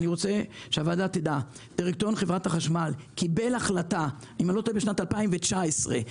אני רוצה שהוועדה תדע שדירקטוריון חברת החשמל קיבל החלטה בשנת 2018,